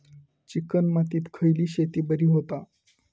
Chicken मातीत खयली शेती बरी होता?